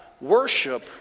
worship